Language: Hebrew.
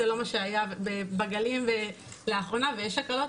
זה לא מה שהיה בגלים ויש הקלות,